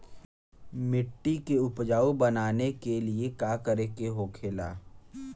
मिट्टी के उपजाऊ बनाने के लिए का करके होखेला?